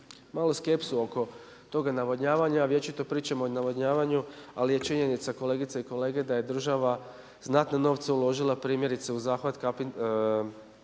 malo skepsu oko toga navodnjavanja. Vječito pričamo o navodnjavanju ali je činjenica kolegice i kolege da je država znatne novce uložila primjerice u zahvat